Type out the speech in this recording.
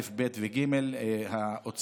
הכנסת עאידה תומא סולימאן.